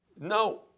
No